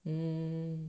mm